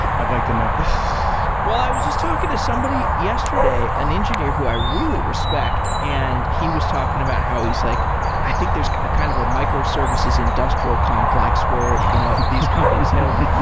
i'd like to know well, i was just talking to somebody yesterday, an engineer who i really respect and he was talking about how he's like i think there's a kind of ah microservices industrial complex, where these companies have,